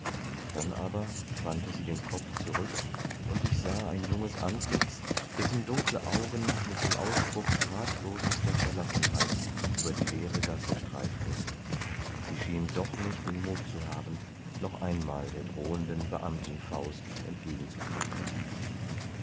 dann aber wandte sie den kopf zurück und ich sah ein junges antlitz dessen dunkle augen mit dem ausdruck ratlosester verlassenheit über die leere gasse streiften sie schien doch nicht den mut zu haben noch einmal der drohenden beamtenfaust entgegenzutreten